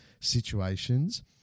situations